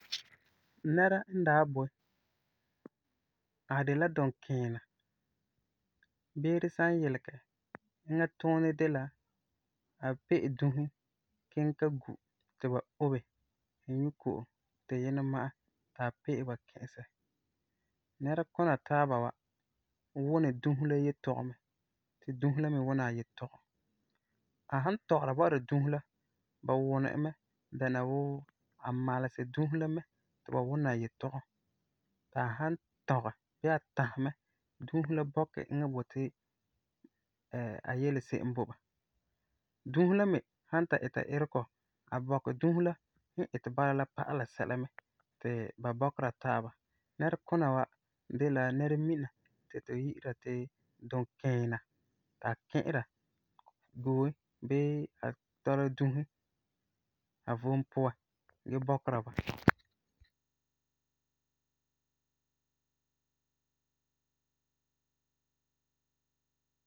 Nɛra n daa boi, a de la dunkiina, beere san yilegɛ ɛŋa tuunɛ de la a pe'e dusi kiŋɛ ta gu ti ba obe, nyu ko'om, ti yinɛ san ma'ɛ ti a pe'e ba ki'isɛ. Nɛrekuna taaba wa wuni dusi la yetɔgum mɛ ti dusi la me wuna a yetɔgum. A san tɔgera bɔ'ɔra dusi la, ba wuni e mɛ dɛna wuu a malesɛ dusi la mɛ ti ba wuna a yetɔgum ti a san tɔgɛ, bii a tãsɛ mɛ dusi la bɔkɛ eŋa boti a yele se'em bo ba. Dusi la me san ta ita itegɔ, a bɔkɛ dusi la n iti bala la pa'ala sɛla mɛ ti ba bɔkera taaba. Nɛrekuna wa de la nɛremina ti tu yi'ira ti dunkiina, ti a ki'ira gooi bii a dɔla dusi a vom puan gee bɔkera